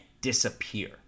disappear